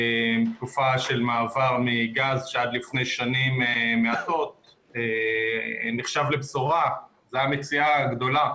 תקופה של מעבר מגז - שעד לפני שנים מעטות נחשב לבשורה והיה מציאה גדולה